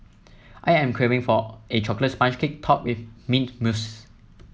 I am craving for a chocolate sponge cake topped with mint mousse